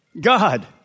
God